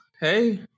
Hey